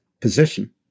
position